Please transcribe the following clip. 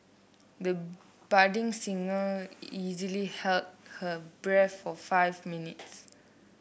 the budding singer easily held her breath for five minutes